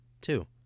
Two